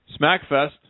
SmackFest